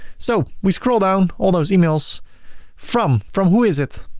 so we scroll down, all those emails from, from who is it?